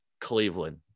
cleveland